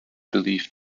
believed